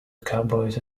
cowboys